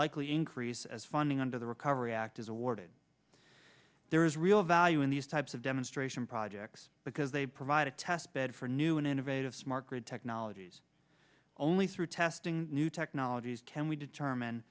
likely increase as funding under the recovery act is awarded there is real value in these types of demonstration projects because they provide a test bed for new and innovative smart grid technologies only through testing new technologies can we determine